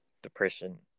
Depression